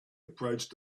approached